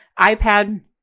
iPad